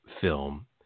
film